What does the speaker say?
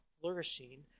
flourishing